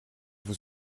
vous